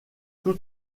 tous